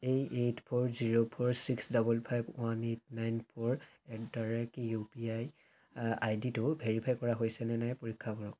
এই eight four zero four six double five one eight nine four at the rate U P I আইডিটো verify কৰা হৈছেনে নাই পৰীক্ষা কৰক